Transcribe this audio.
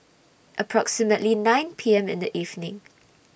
approximately nine P M in The evening